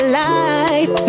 life